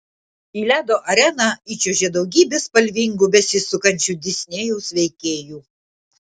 į ledo areną įčiuožė daugybė spalvingų besisukančių disnėjaus veikėjų